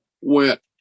went